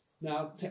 Now